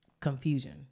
confusion